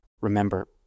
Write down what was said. Remember